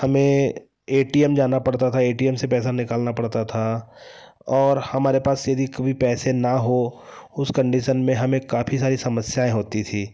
हमें A T M जाना पड़ता था ए टी एम से पैसा निकालना पड़ता था और हमारे पास यदि कभी पैसे न हो उस कंडीशन में हमें काफ़ी सारी समस्याएँ होती थी